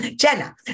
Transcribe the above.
Jenna